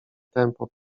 tępo